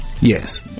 Yes